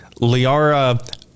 Liara